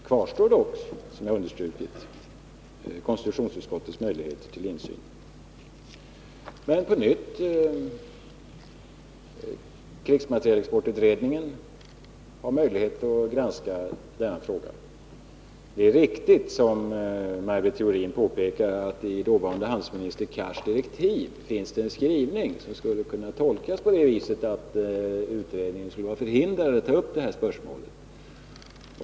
Kvar står dock, som jag redan understrukit, konstitutionsutskottets möjligheter till insyn. Men på nytt vill jag framhålla att krigsmaterielutredningen har möjlighet att granska denna fråga. Det är riktigt, som Maj Britt Theorin påpekar, att det i dåvarande handelsministern Cars direktiv finns en skrivning som skulle kunna tolkas på det viset att krigsmaterielutredningen skulle vara förhindrad att ta upp det här spörsmålet.